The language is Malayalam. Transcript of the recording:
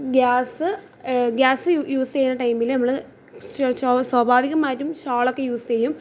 ഗ്യാസ് ഗ്യാസ് യൂസ് ചെയ്യുന്ന ടൈമിൽ നമ്മൾ സ്വാഭാവികമായിട്ടും ശോളൊക്കെ യൂസ് ചെയ്യും